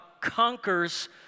conquers